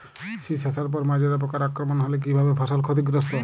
শীষ আসার পর মাজরা পোকার আক্রমণ হলে কী ভাবে ফসল ক্ষতিগ্রস্ত?